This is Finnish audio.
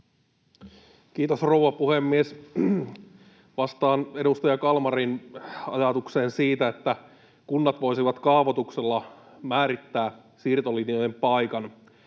Kiitos, rouva puhemies! Vastaan edustaja Kalmarin ajatukseen siitä, että kunnat voisivat kaavoituksella määrittää siirtolinjojen paikan.